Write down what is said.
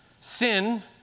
sin